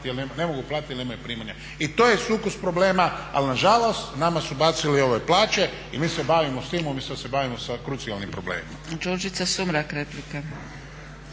nemaju platiti jer nemaju primanja. I to je sukus problema, ali nažalost nama su bacili ove plaće i mi se bavimo s tim umjesto da bavimo sa krucijalnim problemima.